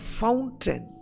fountain